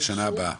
לשנה הבאה?